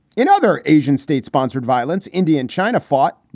in other asian state sponsored violence, india and china fought,